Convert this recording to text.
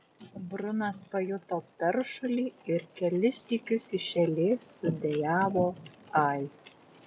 brunas pajuto peršulį ir kelis sykius iš eilės sudejavo ai